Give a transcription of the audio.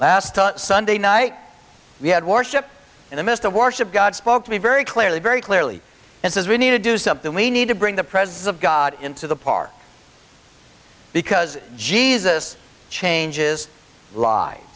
last sunday night we had worship in the midst of worship god spoke to me very clearly very clearly this is real need to do something we need to bring the presence of god into the part because jesus changes li